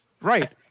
right